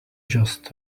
just